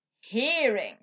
hearing